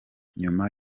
nyuma